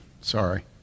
Sorry